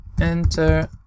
Enter